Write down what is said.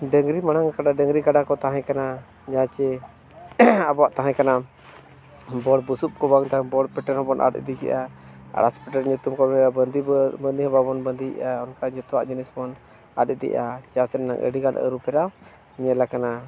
ᱰᱟᱝᱨᱤ ᱢᱟᱲᱟᱝ ᱠᱟᱰᱟ ᱰᱟᱝᱨᱤ ᱠᱟᱰᱟ ᱠᱚ ᱛᱟᱦᱮᱸ ᱠᱟᱱᱟ ᱡᱟᱦᱟᱸ ᱪᱮ ᱟᱵᱚᱣᱟᱜ ᱛᱟᱦᱮᱸ ᱠᱟᱱᱟ ᱵᱚᱲ ᱵᱚᱥᱩᱵ ᱠᱚ ᱵᱟᱝ ᱛᱟᱦᱮᱱ ᱵᱚᱲ ᱯᱮᱴᱮᱨ ᱦᱚᱸᱵᱚᱱ ᱟᱫ ᱤᱫᱤ ᱠᱮᱜᱼᱟ ᱟᱨ ᱵᱟᱺᱫᱤ ᱦᱚᱸ ᱵᱟᱵᱚᱱ ᱵᱟᱺᱫᱤᱭᱮᱜᱼᱟ ᱚᱱᱠᱟ ᱡᱚᱛᱚᱣᱟᱜ ᱡᱤᱱᱤᱥ ᱵᱚᱱ ᱟᱫ ᱤᱫᱤᱭᱮᱫᱟ ᱪᱟᱥ ᱨᱮᱱᱟᱜ ᱟᱹᱰᱤᱜᱟᱱ ᱟᱹᱨᱩ ᱯᱷᱮᱨᱟᱣ ᱧᱮᱞ ᱠᱟᱱᱟ